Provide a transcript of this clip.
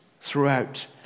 throughout